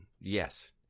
yes